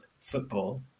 football